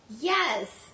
yes